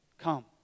Come